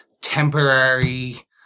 Temporary